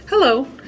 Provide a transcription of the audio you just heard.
Hello